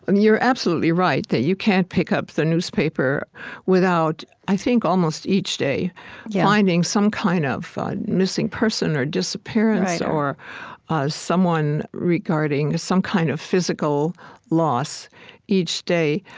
and you're absolutely right that you can't pick up the newspaper without i think almost each day finding some kind of missing person or disappearance or someone regarding some kind of physical loss each day.